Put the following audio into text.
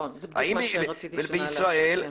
בישראל,